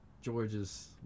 George's